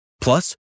Plus